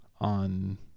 on